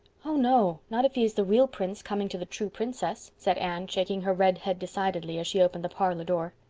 oh, no, not if he is the real prince coming to the true princess, said anne, shaking her red head decidedly, as she opened the parlor door.